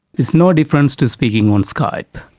it's no difference to speaking on skype.